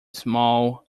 small